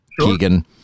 Keegan